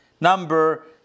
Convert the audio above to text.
number